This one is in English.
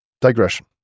digression